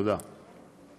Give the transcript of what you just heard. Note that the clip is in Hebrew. תודה.